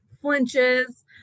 flinches